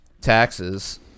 taxes